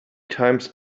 times